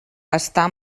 està